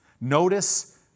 Notice